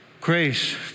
grace